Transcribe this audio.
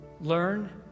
learn